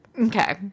Okay